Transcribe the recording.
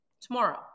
tomorrow